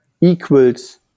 equals